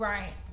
Right